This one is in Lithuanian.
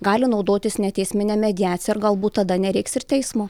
gali naudotis neteismine mediacija ir galbūt tada nereiks ir teismo